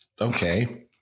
Okay